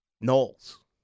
Knowles